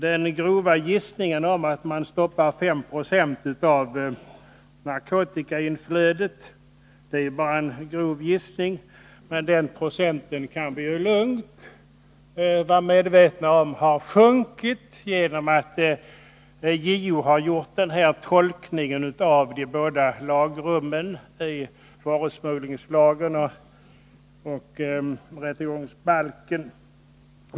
Att man skulle stoppa 5 90 av narkotikainflödet är bara en grov gissning, men vi kan lugnt utgå från att den åtgärder mot narkotikasmuggling åtgärder mot narkotikasmuggling procentandelen har sjunkit genom den av JO gjorda tolkningen av de båda lagrummen i varusmugglingslagen och i rättegångsbalken.